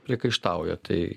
priekaištauja tai